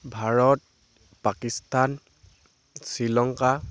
Bharat Pakistan Sri Lanka